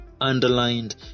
underlined